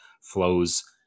flows